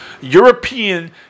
European